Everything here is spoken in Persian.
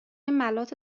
ملاط